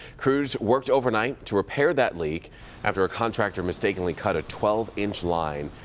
crews worked overnight to repair that leak after a contractor mistakenly cut a twelve inch line.